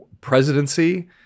presidency